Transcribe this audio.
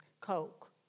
Coke